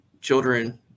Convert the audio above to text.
children